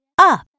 Up